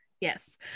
Yes